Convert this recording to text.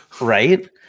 right